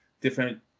different